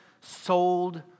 sold